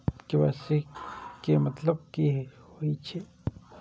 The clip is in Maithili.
के.वाई.सी के मतलब कि होई छै?